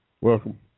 Welcome